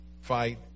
fight